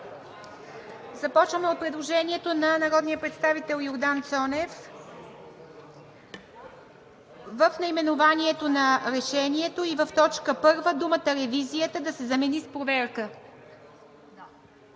Започваме от предложението на народния представител Йордан Цонев в наименованието на решението и в точка първа думата „ревизията“ да се замени с „проверка“.